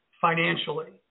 financially